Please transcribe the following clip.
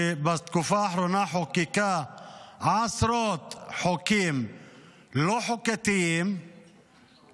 שבתקופה האחרונה חוקקה עשרות חוקים לא חוקתיים,